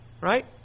right